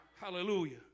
Hallelujah